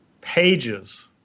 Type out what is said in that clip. Pages